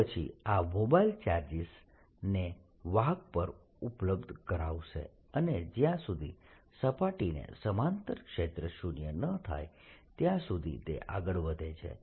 તો પછી આ મોબાઇલ ચાર્જીસને વાહક પર ઉપલબ્ધ કરાવશે અને જ્યા સુધી સપાટીને સમાંતર ક્ષેત્ર શુન્ય ન થાય ત્યાં સુધી તે આગળ વધે છે